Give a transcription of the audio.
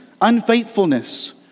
unfaithfulness